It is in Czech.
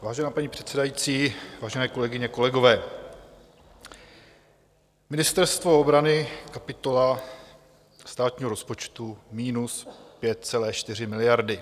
Vážená paní předsedající, vážené kolegyně, kolegové, Ministerstvo obrany kapitola státního rozpočtu 5,4 miliardy.